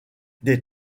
des